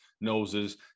noses